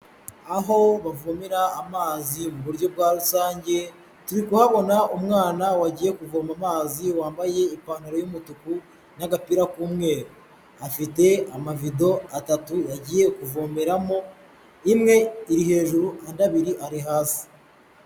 Aho bavomerara amazi mu buryo bwazange, turi kuhabona umwana wagiye kuvoma amazi wambaye ipantaro y'umutuku n'agapira k'umweru. Afite amavido atatu yagiye kuvomeramo, imwe iri hejuru, andi abiri ari hasi.